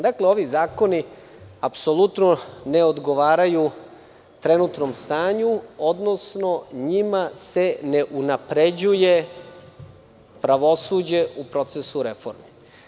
Dakle, ovi zakoni apsolutno ne odgovaraju trenutnom stanju, odnosno njima se ne unapređuje pravosuđe u procesu reforme.